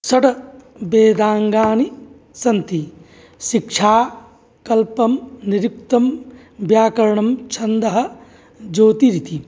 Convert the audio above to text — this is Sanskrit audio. षड् वेदाङ्गानि सन्ति शिक्षा कल्पं निरुक्तं व्याकरणं छन्दः ज्योतिरिति